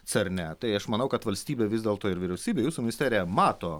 cerne tai aš manau kad valstybė vis dėlto ir vyriausybė jūsų ministerija mato